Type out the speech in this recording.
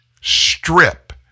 strip